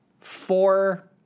four